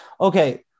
Okay